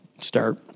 start